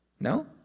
No